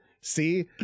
See